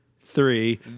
three